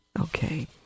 Okay